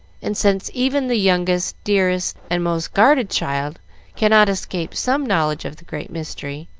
and since even the youngest, dearest, and most guarded child cannot escape some knowledge of the great mystery,